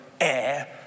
air